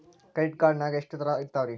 Credit card ನಾಗ ಎಷ್ಟು ತರಹ ಇರ್ತಾವ್ರಿ?